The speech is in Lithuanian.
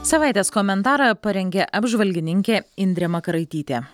savaitės komentarą parengė apžvalgininkė indrė makaraitytė